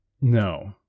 No